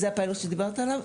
זה הפיילוט שדיברת עליו?